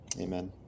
Amen